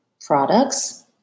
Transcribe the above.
products